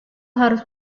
harus